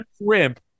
shrimp